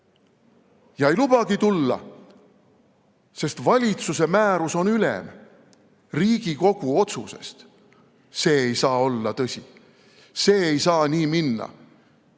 ei lubagi tulla, sest valitsuse määrus on ülem Riigikogu otsusest – see ei saa olla tõsi. See ei saa nii minna.